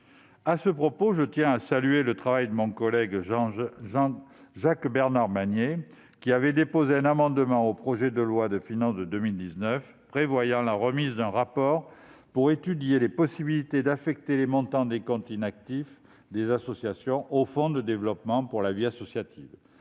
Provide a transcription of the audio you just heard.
À ce propos, je tiens à saluer le travail de mon collègue Jacques-Bernard Magner, qui avait déposé un amendement lors de l'examen du projet de loi de finances pour 2019 tendant à la remise d'un rapport pour étudier les possibilités d'affecter les montants des comptes inactifs des associations au Fonds pour le développement de la vie associative.